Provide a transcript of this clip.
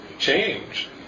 change